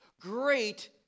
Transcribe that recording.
Great